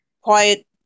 quiet